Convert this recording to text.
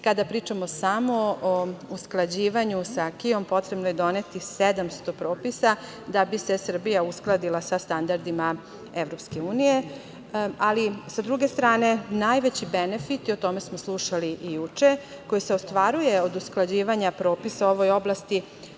Kada pričamo samo o usklađivanju sa Kiom, potrebno je doneti 700 propisa da bi se Srbija uskladila sa standardima EU.Sa druge strane, najveći benefit, o tome smo slušali juče, koji se ostvaruje od usklađivanja propisa u ovoj oblasti,